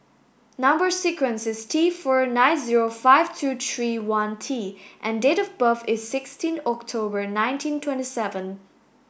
number sequence is T four nine zero five two three one T and date of birth is sixteen October nineteen twenty seven